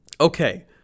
Okay